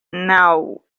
naŭ